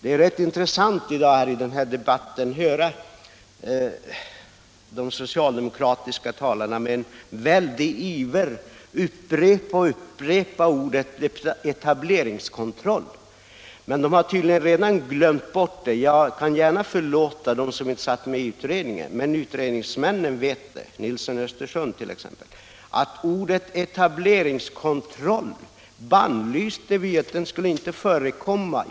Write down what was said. Det är rätt intressant att i debatten höra de socialdemokratiska talarna med en väldig iver upprepa ordet etableringskontroll. Men de har tydligen redan glömt bort detta och jag kan gärna förlåta dem som inte satt med i utredningen. Men utredningsmännen, t.ex. herr Nilsson i Östersund, vet att ordet etableringskontroll bannlystes och inte skulle få förekomma.